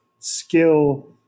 skill